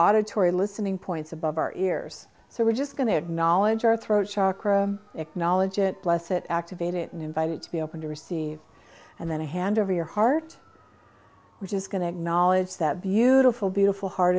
auditory listening points above our ears so we're just going to acknowledge our throat chakra acknowledge it bless it activate it and invited to be open to receive and then a hand over your heart which is going to acknowledge that beautiful beautiful heart